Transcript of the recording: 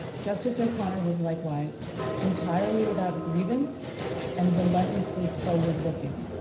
justice o'connor was likewise entirely without grievance and relentlessly forward-looking.